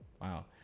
Wow